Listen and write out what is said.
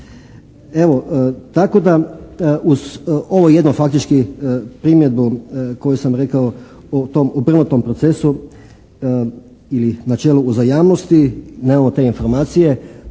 Evo, tako da uz ovo jedno faktički primjedbu koju sam rekao u tom, u prvotnom procesu ili načelu uzajamnosti. Nemamo te informacije,